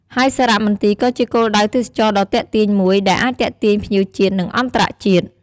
ហើយសារមន្ទីរក៏ជាគោលដៅទេសចរណ៍ដ៏ទាក់ទាញមួយ ដែលអាចទាក់ទាញភ្ញៀវជាតិ និងអន្តរជាតិ។